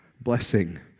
blessing